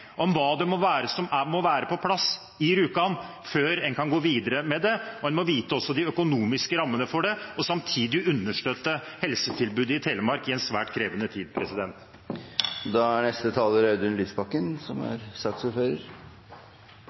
om hva som må være på plass i Rjukan før en kan gå videre med det. En må også kjenne de økonomiske rammene, og samtidig understøtte helsetilbudet i Telemark i en svært krevende tid. Representanten Harald T. Nesvik raljerte over at det var noen som tok opp de små sakene i Stortinget. Da